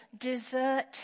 desert